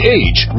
age